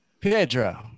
Pedro